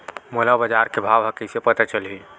मोला बजार के भाव ह कइसे पता चलही?